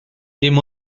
dim